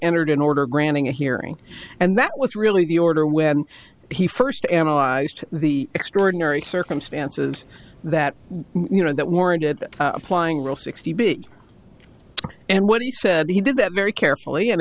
entered an order granting a hearing and that was really the order when he first analyzed the extraordinary circumstances that you know that warrant it applying rule sixty big and what he said he did that very carefully and